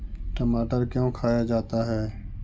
टमाटर क्यों खाया जाता है?